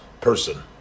person